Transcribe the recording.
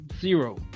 zero